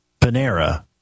Panera